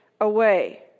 away